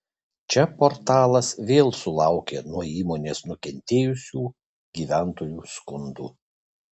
čia portalas vėl sulaukė nuo įmonės nukentėjusių gyventojų skundų